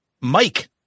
Mike